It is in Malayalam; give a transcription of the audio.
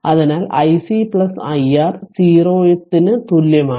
അതിനാൽ iC iR 0 ത്തിനു തുല്യമാണ്